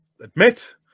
admit